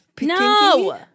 no